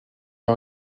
pas